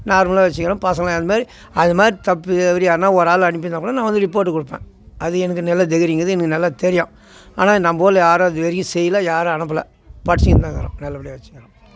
நார்மலாக வச்சிக்கிறோம் பசங்களையும் அந்த மாதிரி அது மாதிரி தப்பு இவர் யாருன்னால் ஒரு ஆள் அனுப்பிருந்தால் கூட நான் வந்து ரிப்போர்ட் கொடுப்பேன் அது எனக்கு நல்லா தைகிரியம் இருக்குது எனக்கு நல்லா தெரியும் ஆனால் நம்ம ஊரில் யாரும் இது வரைக்கும் செய்யலை யாரும் அனுப்பலை படிச்சுக்கின்னு தான் இருக்கிறோம் நல்லபடியாக வச்சின்னுக்கறோம்